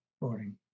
boring